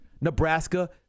Nebraska